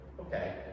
okay